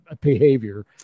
behavior